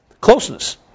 closeness